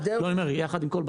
למשל,